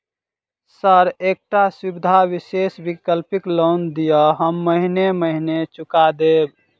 Sir एकटा सुविधा विशेष वैकल्पिक लोन दिऽ हम महीने महीने चुका देब?